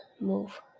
move